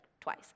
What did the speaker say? twice